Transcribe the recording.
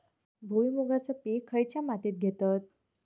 भुईमुगाचा पीक खयच्या मातीत घेतत?